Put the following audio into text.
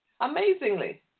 Amazingly